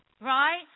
right